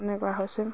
এনেকুৱা হৈছিল